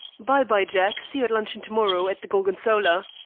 by-bye, jack. see you at luncheon to-morrow at the gorgonzola.